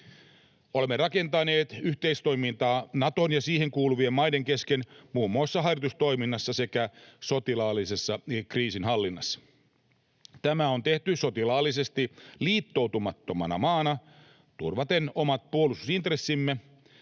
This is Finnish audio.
Olemme rakentaneet yhteistoimintaa Naton ja siihen kuuluvien maiden kesken muun muassa harjoitustoiminnassa sekä sotilaallisessa kriisinhallinnassa. Tämä on tehty sotilaallisesti liittoutumattomana maana turvaten omat puolustusintressimme